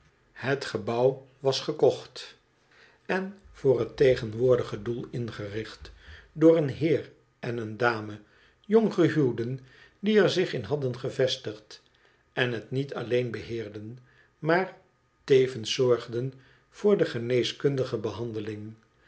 het gebouw was gekocht en voor het tegenwoordige doel ingericht door een heer en eene dame jonggehuwden die er zich in hadden gevestigd en het niet alléén beheerden maar tevens zorgden voor de geneeskundige behandeling